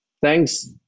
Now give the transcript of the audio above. thanks